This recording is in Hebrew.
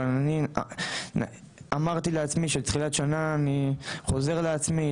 אבל אני אמרתי לעצמי שתחילת שנה אני חוזר לעצמי,